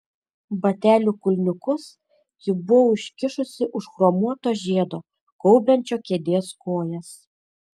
batelių kulniukus ji buvo užkišusi už chromuoto žiedo gaubiančio kėdės kojas